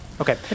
Okay